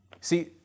See